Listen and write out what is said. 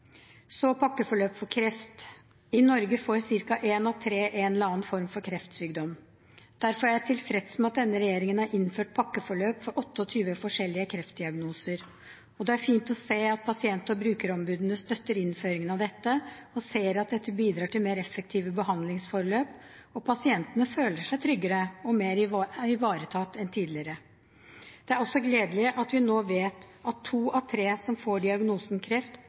Så til pakkeforløpet for kreft. I Norge får ca. én av tre en eller annen form for kreftsykdom. Derfor er jeg tilfreds med at denne regjeringen har innført pakkeforløp for 28 forskjellige kreftdiagnoser. Og det er fint å se at pasient- og brukerombudene støtter innføringen av dette og ser at det bidrar til mer effektive behandlingsforløp. Pasientene føler seg også tryggere og mer ivaretatt enn tidligere. Det er også gledelig at vi nå vet at to av tre som får diagnosen kreft,